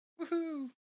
Woohoo